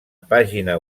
pàgina